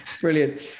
Brilliant